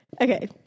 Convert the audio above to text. Okay